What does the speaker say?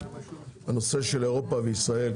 הנושא של אירופה וישראל,